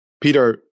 Peter